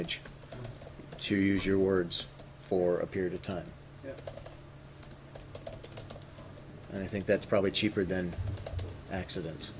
age to use your words for a period of time and i think that's probably cheaper than accidents